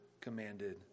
commanded